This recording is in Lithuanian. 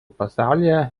pasaulyje